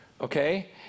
okay